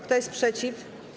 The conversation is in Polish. Kto jest przeciw?